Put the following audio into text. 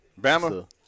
Bama